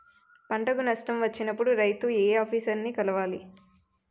పంటకు నష్టం వచ్చినప్పుడు రైతు ఏ ఆఫీసర్ ని కలవాలి?